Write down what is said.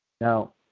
Now